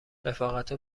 رفاقتا